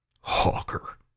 Hawker